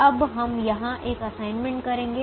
अब हम यहाँ एक असाइनमेंट करेंगे